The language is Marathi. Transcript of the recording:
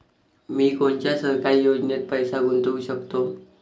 मी कोनच्या सरकारी योजनेत पैसा गुतवू शकतो?